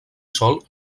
sol